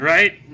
Right